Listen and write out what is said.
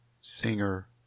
Singer